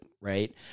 right